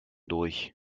durch